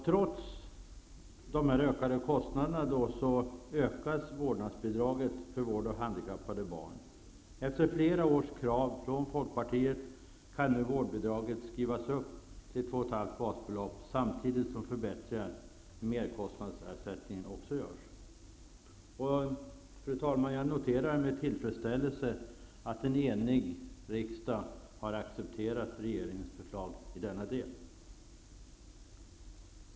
Trots de ökade kostnaderna höjs vårdbidraget för vård av handikappade barn. Efter flera års krav från Folkpartiet kan nu vårdbidraget skrivas upp till två och ett halvt basbelopp, samtidigt som det också görs förbättringar i merkostnadsersättningen. Fru talman! Jag noterar med tillfredsställelse att en enig riksdag har accepterat regeringens förslag i denna del.